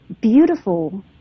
beautiful